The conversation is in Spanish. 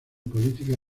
política